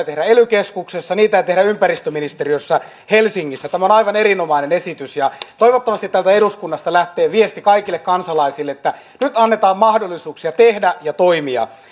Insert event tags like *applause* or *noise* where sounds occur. *unintelligible* tehdä ely keskuksessa niitä ei tehdä ympäristöministeriössä helsingissä tämä on aivan erinomainen esitys ja toivottavasti täältä eduskunnasta lähtee viesti kaikille kansalaisille että nyt annetaan mahdollisuuksia tehdä ja toimia